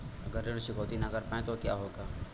अगर ऋण चुकौती न कर पाए तो क्या होगा?